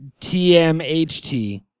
TMHT